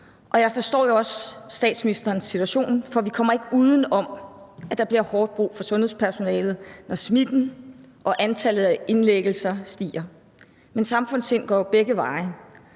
og jeg forstår jo også statsministerens situation, for vi kommer ikke uden om, at der bliver hårdt brug for sundhedspersonalet, når smitten og antallet af indlæggelser stiger. Men samfundssind går jo begge veje: